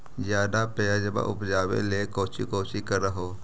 ज्यादा प्यजबा उपजाबे ले कौची कौची कर हो?